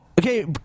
Okay